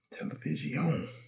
Television